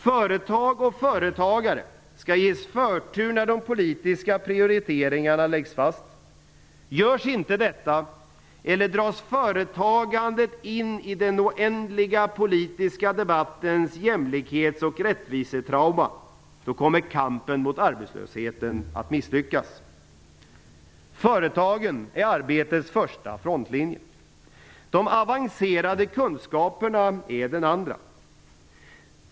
Företag och företagare skall ges förtur när de politiska prioriteringarna läggs fast. Görs inte detta, eller dras företagandet in i den politiska debattens oändliga jämlikhets och rättvisetrauma, kommer kampen mot arbetslösheten att misslyckas. Företagen är arbetets första frontlinje. De avancerade kunskaperna är den andra.